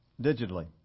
digitally